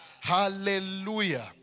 Hallelujah